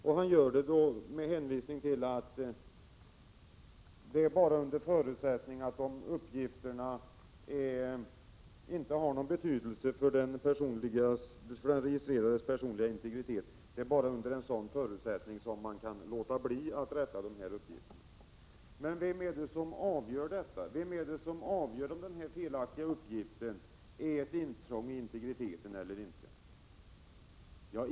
Och han gör det med hänvisning till att det bara är under förutsättning att uppgifterna inte har någon betydelse för den registrerades personliga integritet som man kan låta bli att rätta uppgifterna. Men vem är det som avgör om den felaktiga uppgiften är ett intrång i integriteten eller inte?